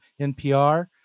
NPR